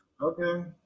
Okay